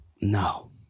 No